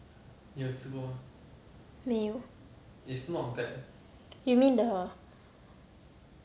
没有 you mean the